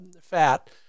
fat